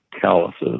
calluses